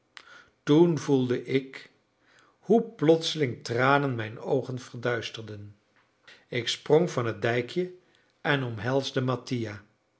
toen voelde ik hoe plotseling tranen mijn oogen verduisterden ik sprong van het dijkje en omhelsde mattia